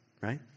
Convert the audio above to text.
right